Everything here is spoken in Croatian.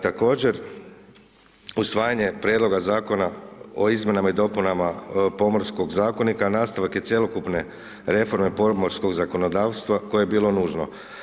Također, usvajanje prijedloga Zakona o izmjenama i dopunama pomorskog zakonika, nastavak je cjelokupne reforme pomorskog zakonodavstva koje je bilo nužno.